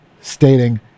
stating